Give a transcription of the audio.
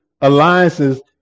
alliances